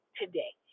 today